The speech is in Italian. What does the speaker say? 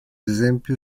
esempio